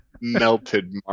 melted